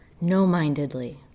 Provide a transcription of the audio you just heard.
no-mindedly